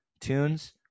tunes